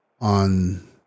on